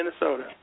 minnesota